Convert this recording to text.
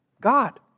God